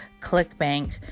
clickbank